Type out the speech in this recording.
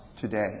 today